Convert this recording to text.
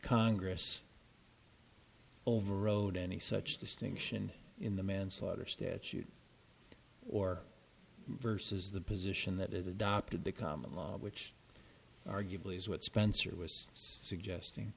congress overrode any such distinction in the manslaughter statute or versus the position that it adopted the common law which arguably is what spencer was suggesting